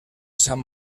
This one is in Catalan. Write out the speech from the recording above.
sant